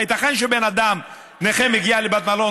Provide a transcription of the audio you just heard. הייתכן שבן אדם נכה מגיע לבית מלון,